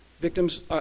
victims